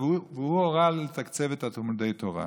הוא הורה לתקצב את תלמודי התורה.